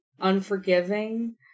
unforgiving